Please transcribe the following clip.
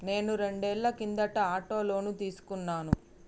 నేను రెండేళ్ల కిందట ఆటో లోను తీసుకున్నాను